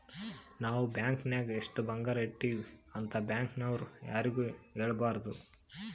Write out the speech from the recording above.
ನಾವ್ ಬ್ಯಾಂಕ್ ನಾಗ್ ಎಷ್ಟ ಬಂಗಾರ ಇಟ್ಟಿವಿ ಅಂತ್ ಬ್ಯಾಂಕ್ ನವ್ರು ಯಾರಿಗೂ ಹೇಳಬಾರ್ದು